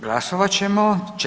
Glasovat ćemo.